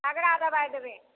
तगड़ा दवाइ देबै